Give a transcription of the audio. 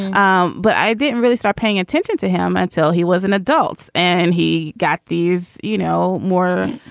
um but i didn't really start paying attention to him until he was an adult and he got these, you know, more.